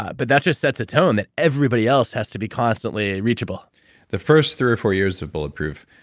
but that just sets a tone that everybody else has to be constantly reachable the first three or four years of bulletproof,